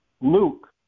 Luke